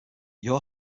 your